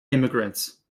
immigrants